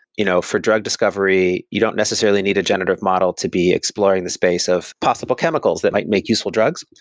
you know for drug discovery, you don't necessarily need a generative model to be exploring the space of possible chemicals that might make useful drugs,